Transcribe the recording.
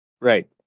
Right